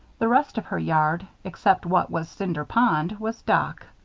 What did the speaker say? the rest of her yard, except what was cinder pond, was dock.